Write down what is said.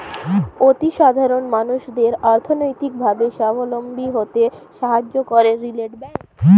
অতি সাধারণ মানুষদের অর্থনৈতিক ভাবে সাবলম্বী হতে সাহায্য করে রিটেল ব্যাংক